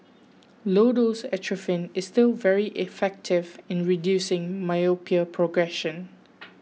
low dose atropine is still very effective in reducing myopia progression